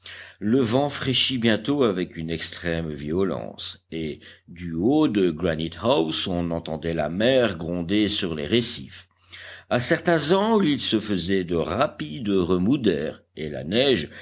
le vent fraîchit bientôt avec une extrême violence et du haut de granite house on entendait la mer gronder sur les récifs à certains angles il se faisait de rapides remous d'air et la neige